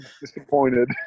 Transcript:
Disappointed